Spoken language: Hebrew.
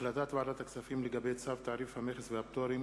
החלטת ועדת הכספים בדבר צו תעריף המכס והפטורים